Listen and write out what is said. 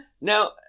Now